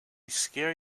scare